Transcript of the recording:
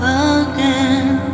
again